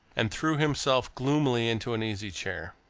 and threw himself gloomily into an easy-chair.